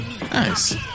nice